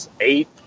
eight